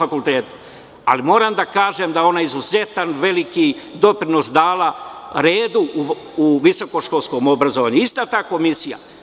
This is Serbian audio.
Ali, moram da kažem da je ona izuzetno veliki doprinos i dala redu u visokoškolskom obrazovanju upravo ista ta komisija.